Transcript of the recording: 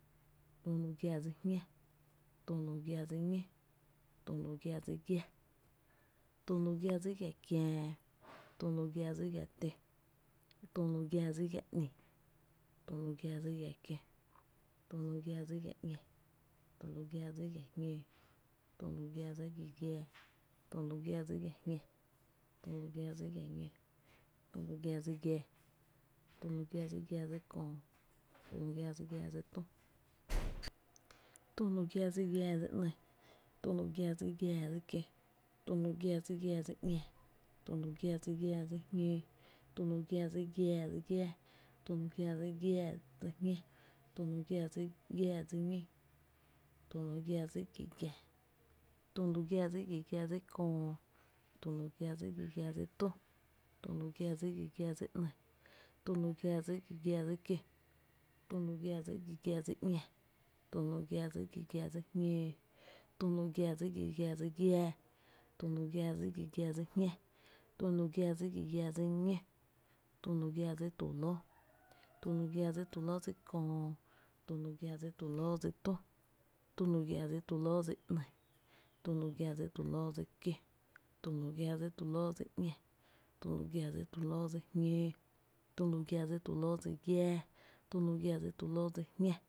tü lu giá dsi jñá, tü lu giá dsi ñó, tü lu gia dsi giá, tü lu gia dsi gia kiää, tü lu gia dsi gia tö, tü lu gia dsi gia ‘ni, tü lu gia dsi gia kió, tü lu gia dsi gia ‘ñá, tü lu gia dsi gia jñǿǿ, tü lu gia dsi gi giaa, tü lu gia dsi gia jñá, tü lu gia dsi gia ñó, tü lu gia dsi giⱥⱥ, tü lu gia dsi giⱥⱥ dsi köö, tü lu gia dsi giⱥⱥ dsi tü, tü lu gia dsi giⱥⱥ dsi ‘ni, tü lu gia dsi giⱥⱥ dsi kió, tü lu gia dsi giⱥⱥ dsi ‘ñá, tü lu gia dsi giⱥⱥ dsi jñǿǿ, tü lu gia dsi giⱥⱥ dsi giáá, tü lu gia dsi giⱥⱥ dsi jñá, tü lu gia dsi giⱥⱥ dsi ñó, tü lu gia dsi giⱥ giⱥ, tü lu gia dsi giⱥ giⱥ dsi köö, tü lu gia dsi giⱥ giⱥ dsi tü, tü lu gia dsi giⱥ giⱥ dsi ‘ni, tü lu gia dsi giⱥ giⱥ dsi kió, tü lu gia dsi giⱥ giⱥ dsi ´ñá, tü lu gia dsi giⱥ giⱥ dsi jñǿǿ, tü lu gia dsi giⱥ giⱥ dsi giⱥⱥ, tü lu gia dsi giⱥ giⱥ dsi jñá, tü lu gia dsi giⱥ giⱥ dsi ñó, tü lu gia dsi tu lóó, tü lu gia dsi tu lóó dsi köö, tü lu gia dsi tu lóó dsi tü, tü lu gia dsi tu lóó dsi ‘ni, tü lu gia dsi tu lóó dsi kió, tü lu gia dsi tu lóó dsi ‘ñá, tü lu gia dsi tu lóó dsi jñǿǿ, tü lu gia dsi tu lóó dsi giⱥⱥ, tü lu gia dsi tu lóó dsi jñá